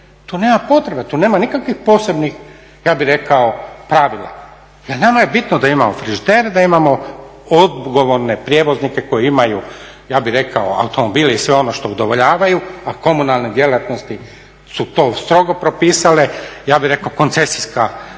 to nema potrebe, tu nema nikakvih posebnih pravila jel nama je bitno da imamo frižider, da imamo odgovorne prijevoznike koji imaju automobile i sve ono što udovoljavaju, a komunalne djelatnosti su to strogo propisale, ja bih rekao koncesijska